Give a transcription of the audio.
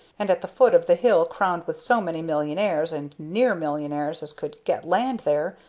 and at the foot of the hill crowned with so many millionaires and near millionaires as could get land there,